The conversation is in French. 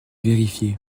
vérifier